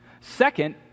Second